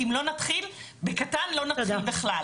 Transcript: כי אם לא נתחיל בקטן לא נתחיל בכלל,